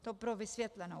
To pro vysvětlenou.